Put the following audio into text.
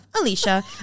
Alicia